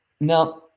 now